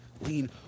Lean